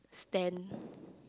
stand